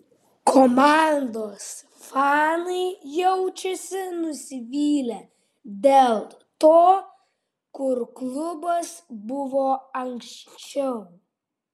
komandos fanai jaučiasi nusivylę dėl to kur klubas buvo anksčiau